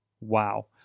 Wow